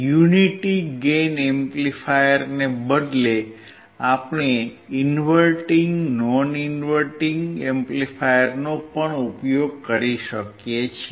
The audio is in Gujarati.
યુનિટી ગેઇન એમ્પ્લીફાયરને બદલે આપણે ઇન્વર્ટીંગ અને નોન ઇન્વર્ટીંગ એમ્પ્લીફાયરનો પણ ઉપયોગ કરી શકીએ છીએ